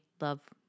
love